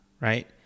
right